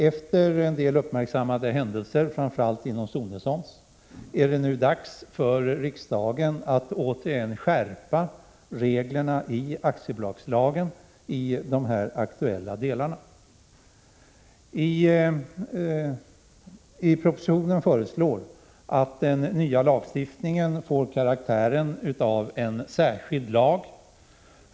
Efter en del uppmärksammade händelser, framför allt inom Sonessons, är det nu dags för riksdagen att återigen skärpa reglerna i aktiebolagslagen i de här aktuella delarna. I propositionen föreslås att den nya lagstiftningen får karaktären av en särskild lag.